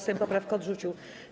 Sejm poprawkę odrzucił.